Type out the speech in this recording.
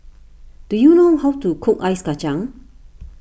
do you know how to cook Ice Kacang